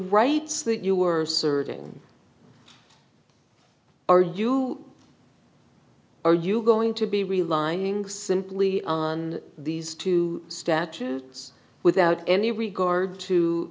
rights that you are serving are you are you going to be realigning simply on these two statutes without any regard to